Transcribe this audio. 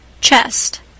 chest